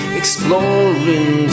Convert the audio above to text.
exploring